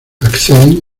acceden